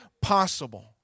possible